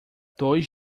dois